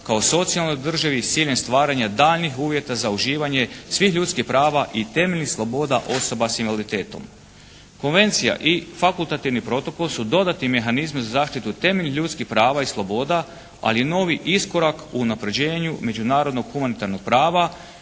se ne razumije./… stvaranja daljnjih uvjeta za uživanje svih ljudskih prava i temeljnih sloboda osoba s invaliditetom. Konvencija i fakultativni protokol su dodatni mehanizmi za zaštitu temeljnih ljudskih prava i sloboda ali i novi iskorak u unapređenju međunarodnog humanitarnog prava